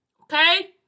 Okay